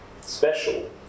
special